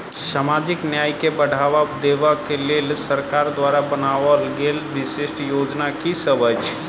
सामाजिक न्याय केँ बढ़ाबा देबा केँ लेल सरकार द्वारा बनावल गेल विशिष्ट योजना की सब अछि?